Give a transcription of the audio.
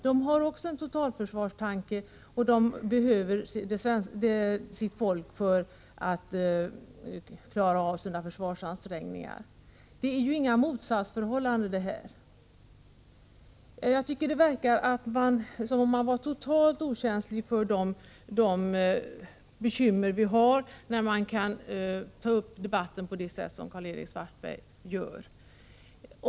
Också där har man en totalförsvarstanke och behöver sitt folk för att klara av sina försvarsansträngningar. Det råder inget motsatsförhållande. Det verkar som om man vore totalt okänslig för bekymren, när man för debatten på det sätt som Karl-Erik Svartberg gör.